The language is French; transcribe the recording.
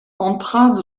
entrave